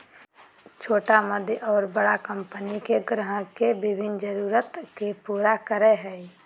छोटा मध्य और बड़ा कंपनि के ग्राहक के विभिन्न जरूरत के पूरा करय हइ